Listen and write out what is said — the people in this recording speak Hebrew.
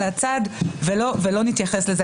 הצידה, ולא נתייחס לזה.